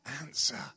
answer